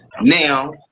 Now